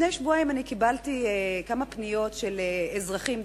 לפני שבועיים אני קיבלתי כמה פניות של אזרחים,